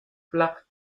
flach